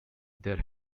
there